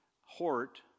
Hort